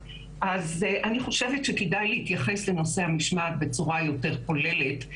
אני חושבת שכדאי להתייחס לנושא המשמעת בצורה יותר כוללת,